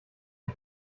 for